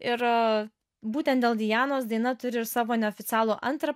ir būtent dėl dianos daina turi ir savo neoficialų antrą